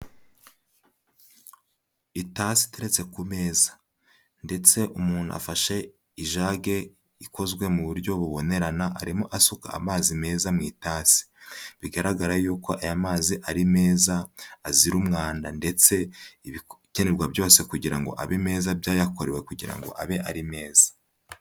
Itasi iteretse ku meza, ndetse umuntu afashe ijage ikozwe mu buryo bubonerana arimo asuka amazi meza mu itasi. Bigaragara yuko aya mazi ari meza, azira umwanda ndetse ibikenerwa byose kugira ngo abe meza byayakorewe kugira ngo abe ari meza.